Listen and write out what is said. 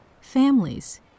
Families